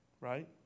Right